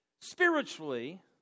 spiritually